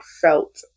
felt